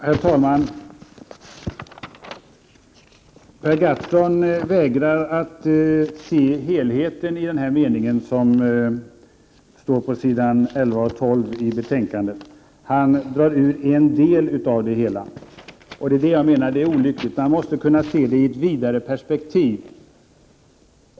Herr talman! Per Gahrton vägrar att se helheten i denna mening, som står på s. 11-12 i betänkandet. Han tar ut en del av hela meningen, och det är olyckligt. Man måste kunna se detta i ett vidare perspektiv.